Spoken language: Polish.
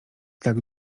tak